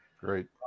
Great